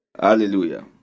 Hallelujah